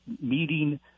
meeting